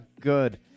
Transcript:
good